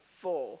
four